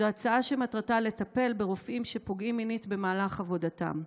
זו הצעה שמטרתה לטפל ברופאים שפוגעים מינית במהלך עבודתם.